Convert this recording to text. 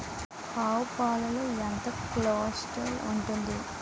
ఆవు పాలలో ఎంత కొలెస్ట్రాల్ ఉంటుంది?